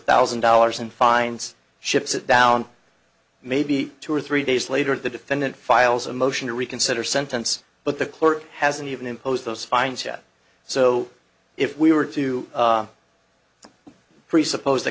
thousand dollars in fines ships it down maybe two or three days later the defendant files a motion to reconsider sentence but the court hasn't even imposed those fines yet so if we were to presupposed the